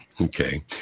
Okay